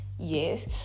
yes